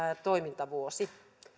toimintavuosi